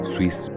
Swiss